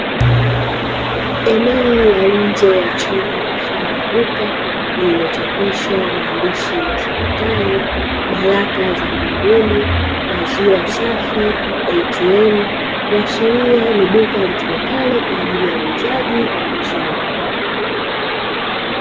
Eneo la nje ya chumba cha mfano wa duka lililochapishwa maandishi yasomekayo "BARAKA ZA MBINGUNI MAZIWA SAFI ATM," kuashiria ni duka litumikalo kwa ajili ya uuzaji wa maziwa.